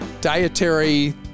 dietary